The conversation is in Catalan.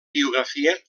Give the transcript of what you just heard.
biografia